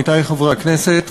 עמיתי חברי הכנסת,